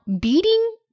beating